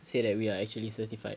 to say that we are actually certified